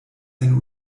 sen